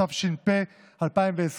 התש"ף 2020,